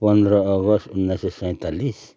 पन्ध्र अगस्त उन्नाइस सय सैँतालिस